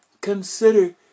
consider